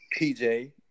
PJ